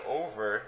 over